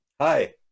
hi